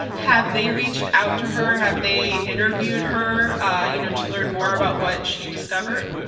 have they reached out to her? have they interviewed her ah you know to learn more about what she discovered?